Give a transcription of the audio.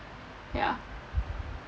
ya